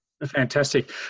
Fantastic